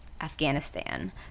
Afghanistan